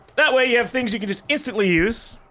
that way you have things you can just instantly use,